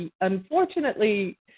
unfortunately